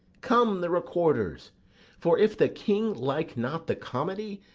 come, the recorders for if the king like not the comedy,